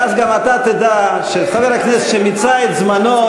ואז גם אתה תדע שחבר כנסת שמיצה את זמנו,